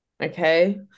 okay